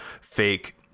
fake